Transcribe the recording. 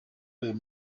del